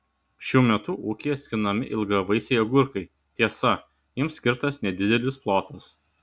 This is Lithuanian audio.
šiuo metu ūkyje skinami ilgavaisiai agurkai tiesa jiems skirtas nedidelis plotas